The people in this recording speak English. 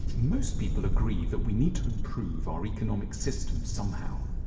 most people agree that we need to improve our economic system somehow.